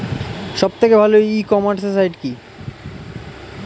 সব থেকে ভালো ই কমার্সে সাইট কী?